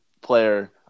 player